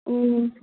ꯎꯝ